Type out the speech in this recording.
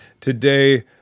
today